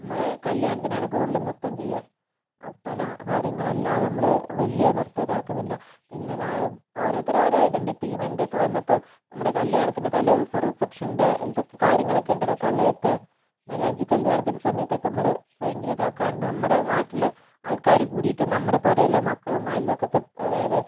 നമ്മൾ കല്യാണത്തിന് ആണ് കൂടുതൽ നൃത്തം ചെയ്യുക ഒപ്പന കാര്യങ്ങൾ എല്ലാം അല്ലാതെ നമ്മൾ വലിയ നൃത്തം ഇത് ആകുന്നില്ല പിന്നെ ഓരോരുത്തർക്കും ഓരോ ഇത് ഉണ്ട് ഇവന്റൊക്കെ വന്നപ്പോൾ നമ്മുടെ കല്യാണത്തിൻ്റെ തലേദിവസം റിസപ്ഷൻ്റെ ഇത് കാര്യങ്ങളൊക്കെ ഉണ്ടല്ലോ തലയത്തെ മൈലാഞ്ചി കല്യാണത്തിൻ്റെ സമയത്തൊക്കെ നമ്മൾ ഭയങ്കര ഇത് ആകാറുണ്ട് നമ്മുടെ നാട്ടിൽ ആൾക്കാർ കൂടിയിട്ട് നമ്മുടെ പുരയിലെ മക്കളും അയൽവക്കത്തെ അതായത്